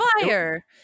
fire